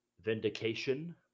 vindication